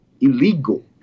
illegal